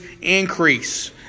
increase